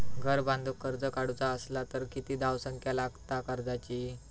घर बांधूक कर्ज काढूचा असला तर किती धावसंख्या लागता कर्जाची?